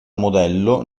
modello